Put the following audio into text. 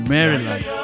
Maryland